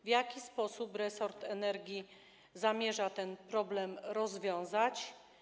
W jaki sposób resort energii zamierza ten problem rozwiązać?